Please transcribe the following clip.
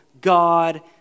God